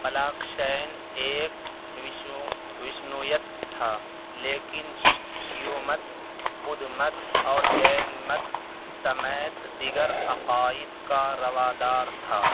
پلاکشین ایک وشنویت تھا لیکن شیو مت، بدھ مت اور جین مت سمیت دیگر عقائد کا روادار تھا